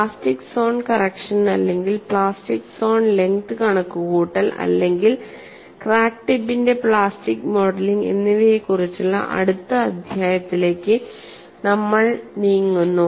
plastic zone correction അല്ലെങ്കിൽ plastic zone length കണക്കുകൂട്ടൽ അല്ലെങ്കിൽ ക്രാക്ക് ടിപ്പിന്റെ പ്ലാസ്റ്റിക് മോഡലിംഗ് എന്നിവയെക്കുറിച്ചുള്ള അടുത്ത അധ്യായത്തിലേക്ക് നമ്മൾ നീങ്ങുന്നു